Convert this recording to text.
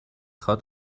خواد